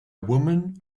woman